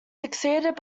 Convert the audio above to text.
succeeded